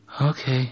Okay